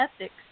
ethics